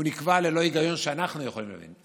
הוא נקבע ללא היגיון שאנחנו יכולים להבין.